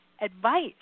advice